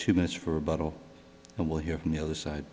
two minutes for buttle and we'll hear from the other side